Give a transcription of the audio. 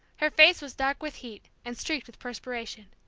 her face was dark with heat, and streaked with perspiration.